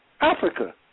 Africa